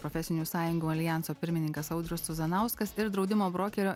profesinių sąjungų aljanso pirmininkas audrius cuzanauskas ir draudimo brokerio